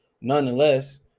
nonetheless